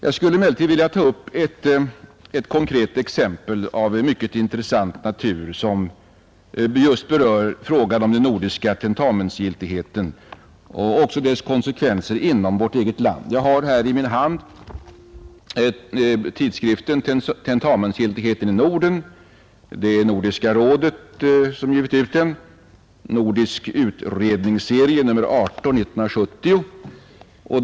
Jag skulle emellertid vilja ta upp ett konkret exempel av mycket intressant natur som just berör frågan om den nordiska tentamensgiltigheten och dess konsekvenser inom vårt eget land. Jag har i min hand skriften Tentamensgiltigheten i Norden, utgiven av Nordiska rådet, Nordisk utredningsserie nr 18 1970.